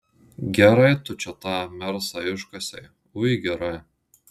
gerai tu čia tą mersą iškasei ui gerai